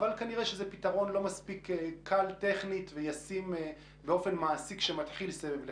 אבל כנראה שזה פתרון לא קל טכנית ולא ישים כשמתחיל סבב לחימה.